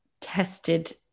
tested